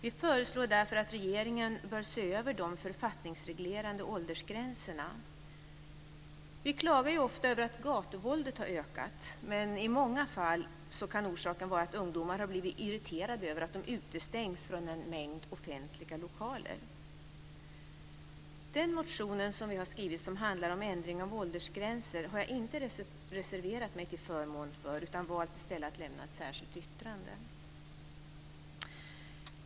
Vi föreslår därför att regeringen ska se över de författningsreglerade åldersgränserna. Vi klagar ofta över att gatuvåldet har ökat, men i många fall kan orsaken vara att ungdomar har blivit irriterade över att de utestängs från en mängd offentliga lokaler. Den motion som vi har skrivit, som handlar om ändring av åldersgränser, har jag inte reserverat mig till förmån för, utan vi har i stället valt att lämna ett särskilt yttrande.